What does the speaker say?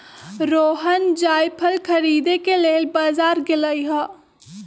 रोहण जाएफल खरीदे के लेल बजार गेलई ह